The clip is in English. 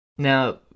Now